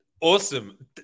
Awesome